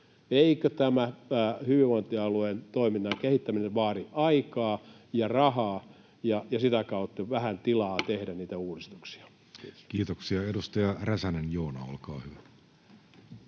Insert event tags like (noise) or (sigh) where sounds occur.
Eikö tämä hyvinvointialueen toiminnan (noise) kehittäminen vaadi aikaa ja rahaa ja sitä kautta vähän tilaa tehdä niitä uudistuksia? Kiitoksia. — Edustaja Räsänen, Joona, olkaa hyvä.